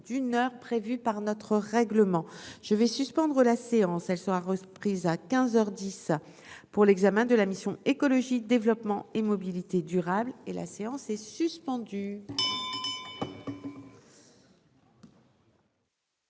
d'une heure prévue par notre règlement je vais suspendre la séance, elle sera reprise à 15 heures 10 pour l'examen de la mission Écologie développement et mobilités durables et la séance est suspendue.